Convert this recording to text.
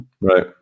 Right